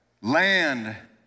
land